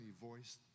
voice